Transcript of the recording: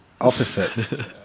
opposite